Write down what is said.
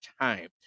time